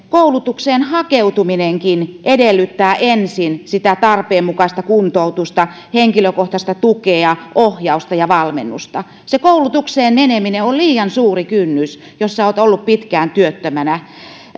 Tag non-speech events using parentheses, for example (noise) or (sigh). (unintelligible) koulutukseen hakeutuminenkin edellyttää ensin sitä tarpeen mukaista kuntoutusta henkilökohtaista tukea ohjausta ja valmennusta se koulutukseen meneminen on liian suuri kynnys jos olet ollut pitkään työttömänä